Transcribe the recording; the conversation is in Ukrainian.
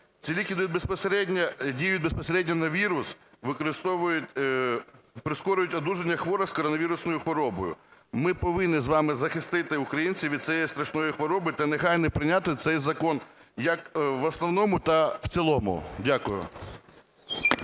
Ці ліки діють безпосередньо на вірус, прискорюють одужання хворих з коронавірусною хворобою. Ми повинні з вами захистити українців від цієї страшної хвороби та негайно прийняти цей закон як в основному, так в цілому. Дякую.